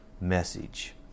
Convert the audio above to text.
message